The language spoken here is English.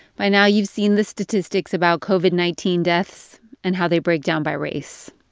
by now, you've seen the statistics about covid nineteen deaths and how they break down by race.